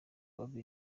bava